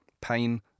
Pain